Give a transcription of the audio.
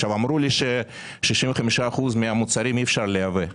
אמרו לי ש- 65% מהמוצרים אי אפשר לייבא.